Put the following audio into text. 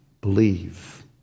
Believe